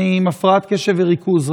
אני עם הפרעת קשב וריכוז.